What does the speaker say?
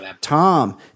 Tom